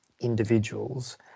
individuals